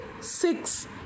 Six